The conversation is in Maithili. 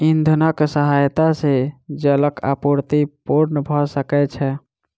इंधनक सहायता सॅ जलक आपूर्ति पूर्ण भ सकै छै